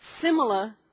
similar